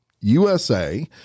USA